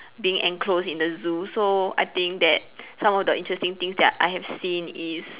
being enclosed in the zoo so I think that some of the interesting things that I have seen is